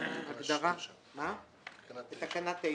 בתקנה 9